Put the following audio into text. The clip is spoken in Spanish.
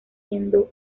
siendo